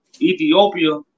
Ethiopia